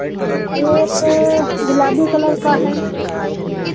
और एक ग़ुलाबी कलर का है